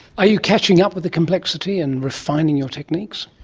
are you catching up with the complexity and refining your techniques?